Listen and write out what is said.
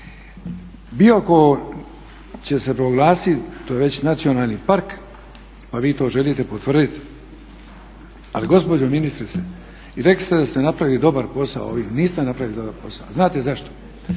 Biokovo će se proglasiti, to je već nacionalni park, pa vi to želite potvrditi. Ali gospođo ministrice i rekli ste da ste napravili dobar posao, ovim niste napravili dobar posao, a znate zašto?